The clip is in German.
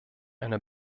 eine